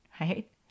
right